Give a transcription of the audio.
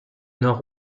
nord